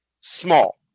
small